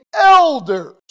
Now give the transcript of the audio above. elders